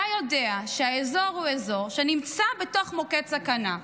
אתה יודע שהאזור הוא אזור שנמצא בתוך מוקד סכנה.